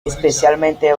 especialmente